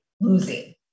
losing